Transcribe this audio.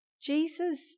Jesus